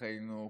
לפתחנו כאן.